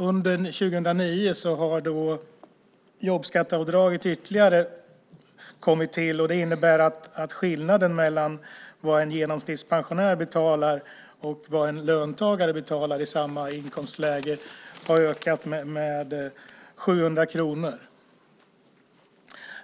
Under 2009 har ytterligare jobbskatteavdrag kommit till. Det innebär att skillnaden mellan vad en genomsnittspensionär betalar och vad en löntagare i samma inkomstläge betalar har ökat med 700 kronor.